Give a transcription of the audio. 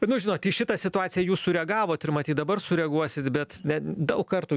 nu žinot į šitą situaciją jūs sureagavot ir matyt dabar sureaguosit bet ne daug kartų